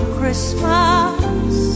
Christmas